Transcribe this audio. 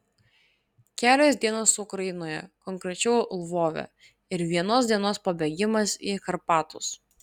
kelios dienos ukrainoje konkrečiau lvove ir vienos dienos pabėgimas į karpatus